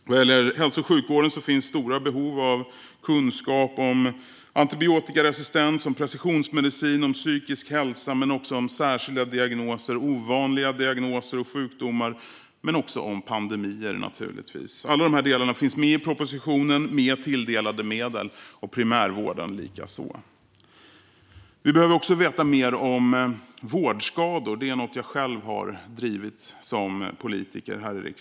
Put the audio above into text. Vad gäller hälso och sjukvården finns stora behov av kunskap om antibiotikaresistens, precisionsmedicin och psykisk hälsa, men också om särskilda diagnoser, ovanliga diagnoser och sjukdomar - liksom om pandemier, naturligtvis. Alla de här delarna finns med i propositionen, med tilldelade medel. Detsamma gäller primärvården. Vi behöver också veta mer om vårdskador. Det är något jag själv har drivit som politiker.